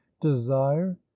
desire